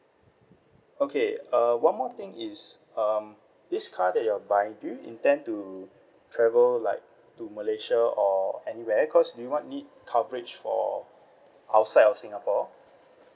okay uh one more thing is um this car that you're buying do you intend to travel like to malaysia or anywhere cause you might need coverage for outside of singapore